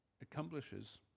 accomplishes